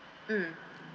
mm